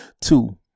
two